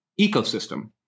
ecosystem